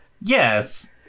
Yes